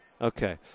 Okay